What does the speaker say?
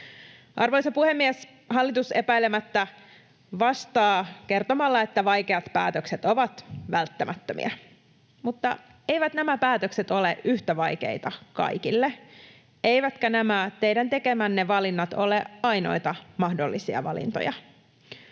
Arvoisa puhemies! Hallitus epäilemättä vastaa kertomalla, että vaikeat päätökset ovat välttämättömiä. Mutta eivät nämä päätökset ole yhtä vaikeita kaikille, eivätkä nämä teidän tekemänne valinnat ole ainoita mahdollisia valintoja.